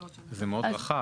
זה מאוד רחב.